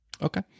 Okay